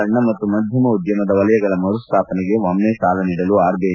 ಸಣ್ಣ ಮತ್ತು ಮಧ್ಣಮ ಉದ್ಭಮದ ವಲಯಗಳ ಮರುಸ್ಥಾಪನೆಗೆ ಒಮ್ತೆ ಸಾಲ ನೀಡಲು ಆರ್ ಬಿಐ